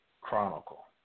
Chronicle